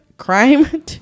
Crime